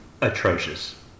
Atrocious